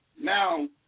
Now